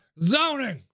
zoning